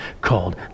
called